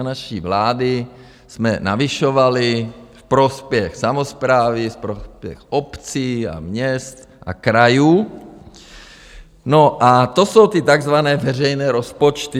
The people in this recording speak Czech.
Za naší vlády jsme navyšovali ve prospěch samosprávy, ve prospěch obcí a měst a krajů, a to jsou ty takzvané veřejné rozpočty.